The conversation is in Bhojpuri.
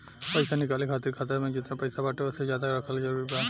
पईसा निकाले खातिर खाता मे जेतना पईसा बाटे ओसे ज्यादा रखल जरूरी बा?